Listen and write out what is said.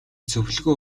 зөвлөгөө